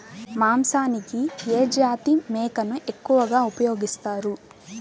మాంసానికి ఏ జాతి మేకను ఎక్కువగా ఉపయోగిస్తారు?